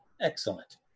Excellent